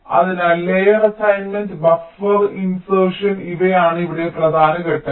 അതിനാൽ layer assignment buffer insertion ഇവയാണ് ഇവിടെ പ്രധാന ഘട്ടങ്ങൾ